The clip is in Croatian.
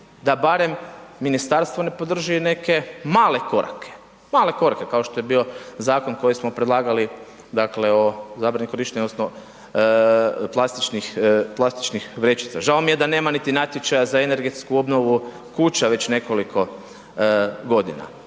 da barem Ministarstvo ne podrži neke male korake, male korake kao što je bio Zakon koji smo predlagali, dakle o zabrani korištenja odnosno plastičnih, plastičnih vrećica, žao mi je da nema niti natječaja za energetsku obnovu kuća već nekoliko godina.